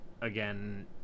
again